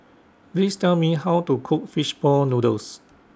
Please Tell Me How to Cook Fish Ball Noodles